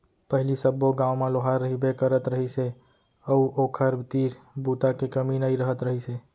पहिली सब्बो गाँव म लोहार रहिबे करत रहिस हे अउ ओखर तीर बूता के कमी नइ रहत रहिस हे